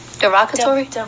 derogatory